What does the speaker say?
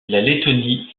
lettonie